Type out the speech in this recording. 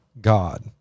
God